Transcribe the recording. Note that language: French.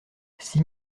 six